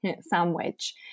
sandwich